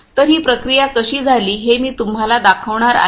तर ही प्रक्रिया कशी झाली हे मी तुम्हाला दाखवणार आहे